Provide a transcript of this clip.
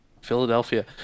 Philadelphia